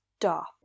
Stop